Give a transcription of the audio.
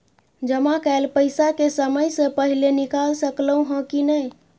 जमा कैल पैसा के समय से पहिले निकाल सकलौं ह की नय?